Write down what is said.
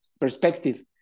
perspective